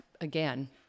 again